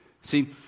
See